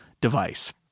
device